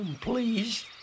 please